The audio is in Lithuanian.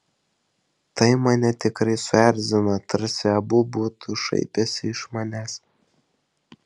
tai mane tikrai suerzino tarsi abu būtų šaipęsi iš manęs